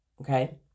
okay